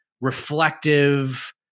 reflective